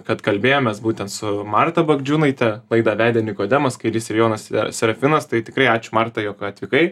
kad kalbėjomės būtent su marta bagdžiūnaite laidą vedė nikodemas kairys ir jonas a serafinas tai tikrai ačiū marta jog atvykai